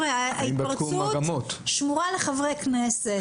ההתפרצות שמורה לחברי הכנסת.